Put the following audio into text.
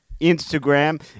Instagram